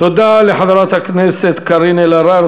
תודה לחברת הכנסת קארין אלהרר.